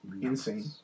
Insane